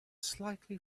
slightly